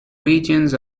regions